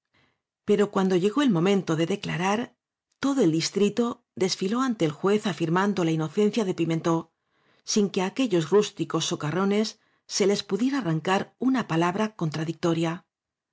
pero cuando llegó el momento de declarar todo el distrito desfiló ante el juez afirmando la inocencia de pimentb sin que á aquellos rústicos socarrona se les pudiera arrancar una palabra contradictoria